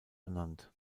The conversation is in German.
ernannt